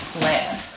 land